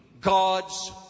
God's